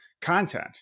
content